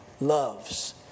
loves